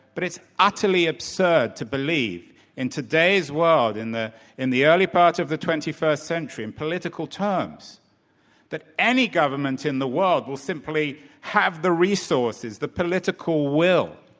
but it's utterly absurd to believe in today's world in the in the early part of the twenty first century in political terms that any government in the world will simply have the resources, the political will,